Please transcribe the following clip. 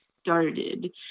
started